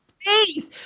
space